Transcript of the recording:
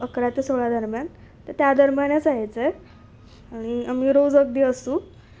अकरा ते सोळा दरम्यान तर त्या दरम्यानच यायचं आहे आणि आम्ही रोज अगदी असू